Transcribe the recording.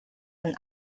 and